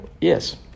yes